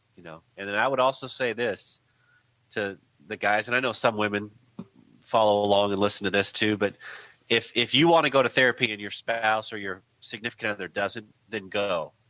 you know, and then i would also say this to the guys and i know some women fall along and listen to this too, but if if you want to go to therapy and your spouse or your significant other doesn't then go.